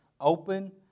open